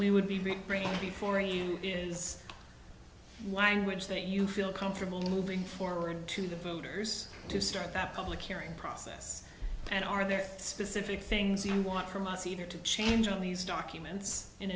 we would be bringing before you is why anguage that you feel comfortable moving forward to the voters to start that public hearing process and are there specific things you want from us either to change on these documents in